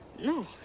no